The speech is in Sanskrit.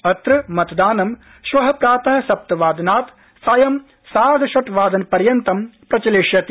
अत्र मतदानं श्व प्रात सप्तवदनात् सायं सार्धषटड़वादन पर्यन्तं प्रचलिष्यति